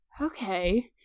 okay